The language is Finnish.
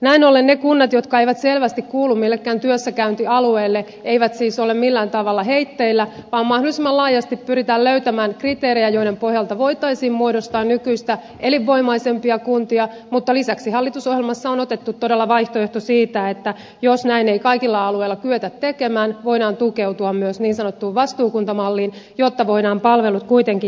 näin ollen ne kunnat jotka eivät selvästi kuulu millekään työssäkäyntialueelle eivät siis ole millään tavalla heitteillä vaan mahdollisimman laajasti pyritään löytämään kriteerejä joiden pohjalta voitaisiin muodostaa nykyistä elinvoimaisempia kuntia mutta lisäksi hallitusohjelmassa on otettu todella vaihtoehto siitä että jos näin ei kaikilla alueilla kyetä tekemään voidaan tukeutua myös niin sanottuun vastuukuntamalliin jotta voidaan palvelut kuitenkin järjestää